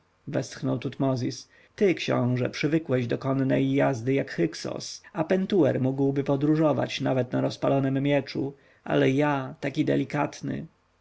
westchnął tutmozis ty książę przywykłeś do konnej jazdy jak hyksos a pentuer mógłby podróżować nawet na rozpalonym mieczu ale ja taki delikatny